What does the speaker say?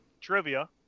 trivia